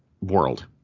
world